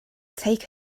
take